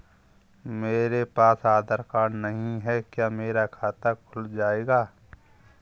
मेरे पास आधार कार्ड नहीं है क्या मेरा खाता खुल जाएगा?